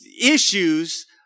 issues